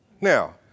Now